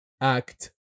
act